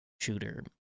shooter